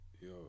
yo